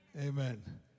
Amen